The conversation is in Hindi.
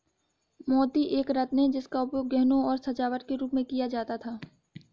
मोती एक रत्न है जिसका उपयोग गहनों और सजावट के रूप में किया जाता था